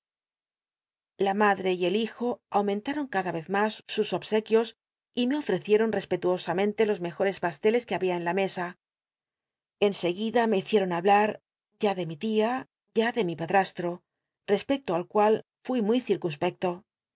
la madre y el hijo aumentmon cada vez mas sus obsequios y me ofrecieron respetuosamente los mejores pasteles que había en la mesa en seguida me hicieron hablal ya de mi tia ya de mi padms tro respecto al cual fui muy